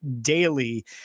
daily